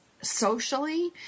socially